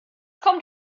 kommt